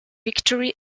victory